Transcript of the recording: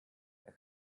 der